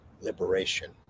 liberation